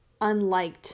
unliked